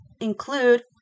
include